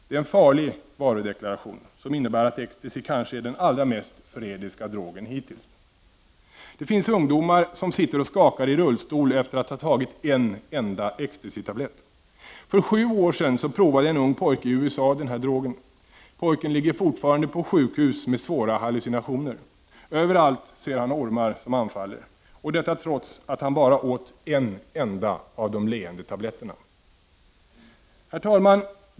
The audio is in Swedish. Det är en farlig varudeklaration som innebär att Ecstasy kanske är den allra mest förrädiska drogen hittills. Det finns ungdomar som sitter och skakar i rullstol efter att ha tagit en enda Ecstasytablett. För sju år sedan provade en ung pojke i USA den här drogen. Pojken ligger fortfarande på sjukhus med svåra hallucinationer. Överallt ser han ormar som anfaller, och detta trots att han bara åt en enda av de leende tabletterna. Herr talman!